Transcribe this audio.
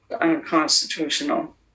unconstitutional